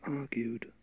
argued